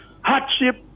Hardship